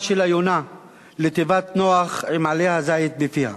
של היונה לתיבת נח עם עלה הזית בפיה.